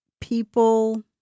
people